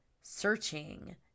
searching